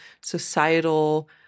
societal